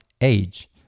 age